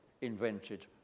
invented